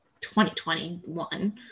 2021